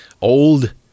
old